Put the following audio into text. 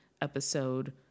episode